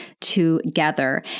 together